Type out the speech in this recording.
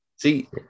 See